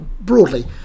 broadly